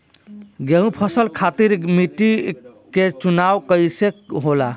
गेंहू फसल खातिर मिट्टी के चुनाव कईसे होला?